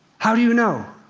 how do you know?